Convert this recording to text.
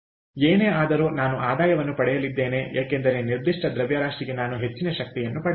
ಆದ್ದರಿಂದಏನೇ ಆದರೂ ನಾನು ಆದಾಯವನ್ನು ಪಡೆಯಲಿದ್ದೇನೆ ಏಕೆಂದರೆ ನಿರ್ದಿಷ್ಟ ದ್ರವ್ಯರಾಶಿಗೆ ನಾನು ಹೆಚ್ಚಿನ ಶಕ್ತಿಯನ್ನು ಪಡೆಯುತ್ತೇನೆ